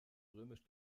römisch